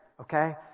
Okay